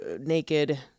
naked